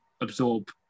absorb